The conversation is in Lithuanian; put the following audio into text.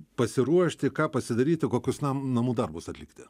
pasiruošti ką pasidaryti kokius nam namų darbus atlikti